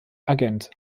agent